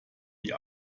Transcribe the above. die